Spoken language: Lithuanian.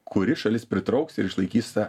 kuri šalis pritrauks ir išlaikys tą